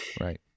Right